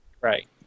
Right